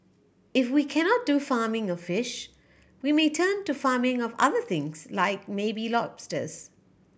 if we cannot do farming of fish we may turn to farming of other things like maybe lobsters